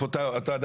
על מה?